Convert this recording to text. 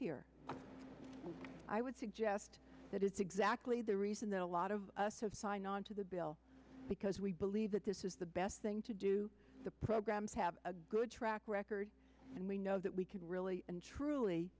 here i would suggest that is exactly the a lot of us have signed on to the bill because we believe that this is the best thing to do the programs have a good track record and we know that we can really and truly